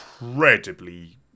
incredibly